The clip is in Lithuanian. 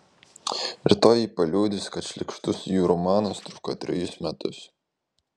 rytoj ji paliudys kad šlykštus jų romanas truko trejus metus